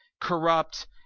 corrupt